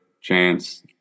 chance